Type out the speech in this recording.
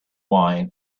wine